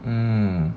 um